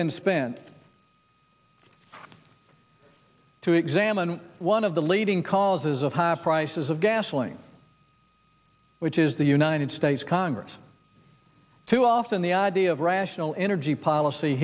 been spent to examine one of the leading causes of higher prices of gasoline which is the united states congress too often the idea of rational energy policy